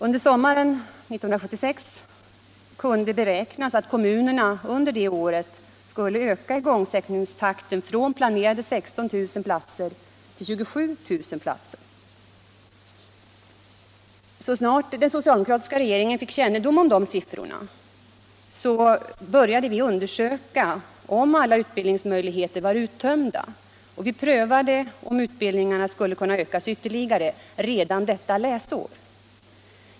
Under sommaren 1976 kunde beräknas att kommunerna under året ytterligare skulle öka igångsättningstakten från planerade 16 000 platser till 27 000. Så snart den socialdemokratiska regeringen fick kännedom om de siffrorna började vi undersöka om alla utbildningsmöjligheter var uttömda, och vi prövade huruvida utbildningarna kunde ökas ytterligare redan detta läsår.